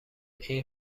این